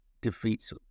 defeats